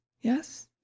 Yes